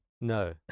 No